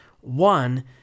One